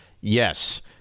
Yes